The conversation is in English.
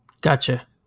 Gotcha